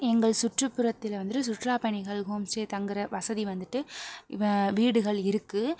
எங்கள் சுற்றுப்புறத்தில் வந்துவிட்டு சுற்றுலா பயணிகள் ஹோம் ஸ்டெ தங்குகிற வசதி வந்துவிட்டு வ வீடுகள் இருக்கு